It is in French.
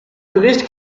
touriste